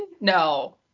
No